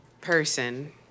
person